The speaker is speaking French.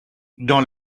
dans